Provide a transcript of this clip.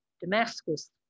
Damascus